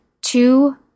two